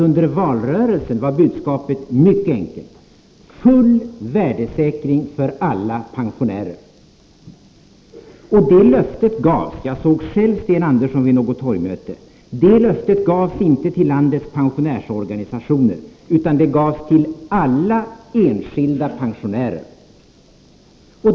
Under valrörelsen var ju budskapet mycket enkelt: full värdesäkring för alla pensioner. Och det löftet gavs — jag såg själv Sten Andersson vid något torgmöte — inte till landets pensionärsorganisationer utan till alla enskilda pensionärer.